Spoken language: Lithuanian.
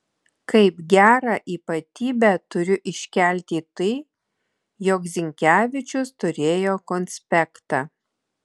kaip gerą ypatybę turiu iškelti tai jog zinkevičius turėjo konspektą